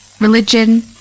religion